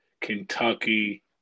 Kentucky